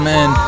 Man